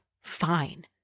fine